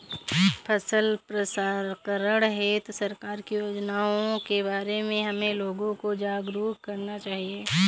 फसल प्रसंस्करण हेतु सरकार की योजनाओं के बारे में हमें लोगों को जागरूक करना चाहिए